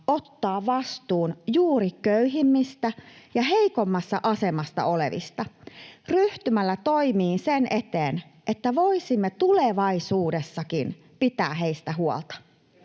ottaa vastuun juuri köyhimmistä ja heikommassa asemassa olevista ryhtymällä toimiin sen eteen, että voisimme tulevaisuudessakin pitää heistä huolta.